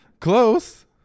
Close